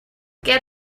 get